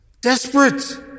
Desperate